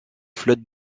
flotte